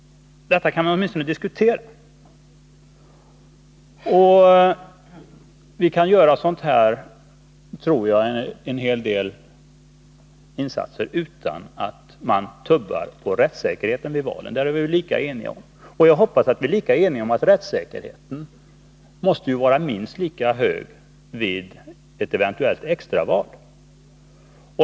Detta kan man åtminstone diskutera. Jag tror att vi är eniga om att en hel del sådana här insatser kan göras utan att man tubbar på rättssäkerheten vid valen. Jag hoppas att vi är lika eniga om att rättssäkerheten måste vara minst lika hög vid ett eventuellt extraval.